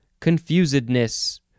confusedness